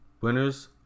Winners